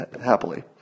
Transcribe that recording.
happily